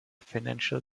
financial